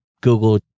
Google